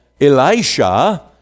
Elisha